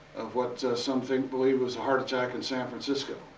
of what some think, believed was a heart attack in san francisco.